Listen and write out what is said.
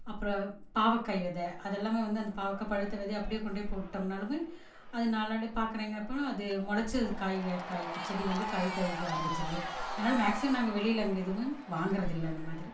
அப்புறம் பாவக்காய் வித அதை எல்லாமே வந்து அந்த பாவக்காய் பழுத்த விதைய அப்படியே கொண்டு போட்டோம்னாலுமே அது நாளடை பார்க்குறீங்கப்பன்னா அது முளச்சி அது காய் வே காய்க்கு செடி வந்து காய்காய்க்க ஆரமிச்சிருது அதனால் மேக்சிமம் நாங்கள் வெளியில அங்கே எதுவும் வாங்கறதில்லை அந்த மாதிரி